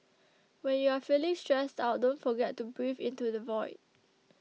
when you are feeling stressed out don't forget to breathe into the void